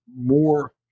more